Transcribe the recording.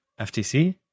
FTC